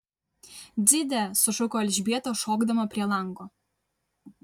dzide sušuko elžbieta šokdama prie lango